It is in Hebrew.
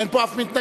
אין פה אף מתנגד.